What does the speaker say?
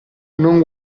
non